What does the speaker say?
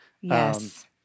Yes